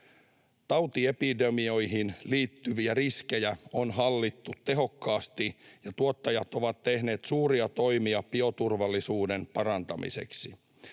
Tautiepidemioihin liittyviä riskejä on hallittu tehokkaasti, ja tuottajat ovat tehneet suuria toimia bioturvallisuuden parantamiseksi.